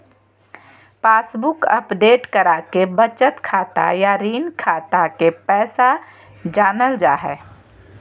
passbook update कराके बचत खाता या ऋण खाता के पैसा जानल जा हय